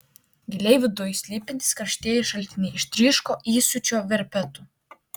giliai viduj slypintys karštieji šaltiniai ištryško įsiūčio verpetu